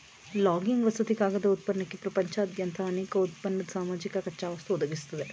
logging ವಸತಿ ಕಾಗದ ಉತ್ಪನ್ನಕ್ಕೆ ಪ್ರಪಂಚದಾದ್ಯಂತ ಅನೇಕ ಉತ್ಪನ್ನದ್ ಸಮಾಜಕ್ಕೆ ಕಚ್ಚಾವಸ್ತು ಒದಗಿಸ್ತದೆ